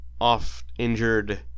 off-injured